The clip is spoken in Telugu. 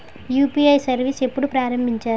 యు.పి.ఐ సర్విస్ ఎప్పుడు ప్రారంభించారు?